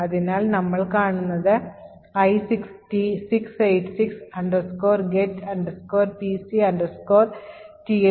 അതിനാൽ നമ്മൾ കാണുന്നത് i686 get pc thunk